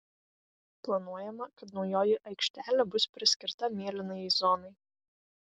planuojama kad naujoji aikštelė bus priskirta mėlynajai zonai